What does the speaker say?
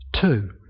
Two